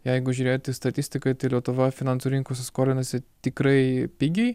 jeigu žiūrėt į statistiką lietuva finansų rinkose skolinasi tikrai pigiai